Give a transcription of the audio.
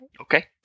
Okay